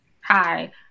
hi